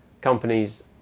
companies